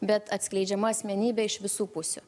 bet atskleidžiama asmenybė iš visų pusių